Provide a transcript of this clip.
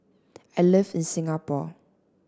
I live in Singapore